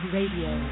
Radio